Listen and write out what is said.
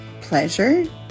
pleasure